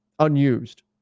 unused